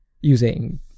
using